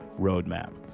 roadmap